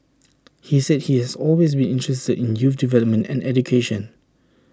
he said he has always been interested in youth development and education